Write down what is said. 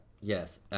yes